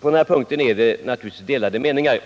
På denna punkt råder det naturligtvis delade meningar.